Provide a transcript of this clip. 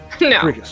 No